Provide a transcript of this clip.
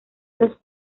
los